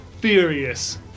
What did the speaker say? furious